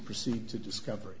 proceed to discover